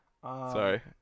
Sorry